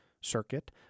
circuit